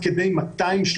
ומוחרתיים?